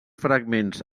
fragments